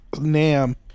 NAM